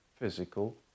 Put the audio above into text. physical